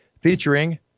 featuring